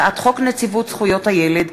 הצעת חוק נציבות זכויות הילד,